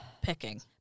picking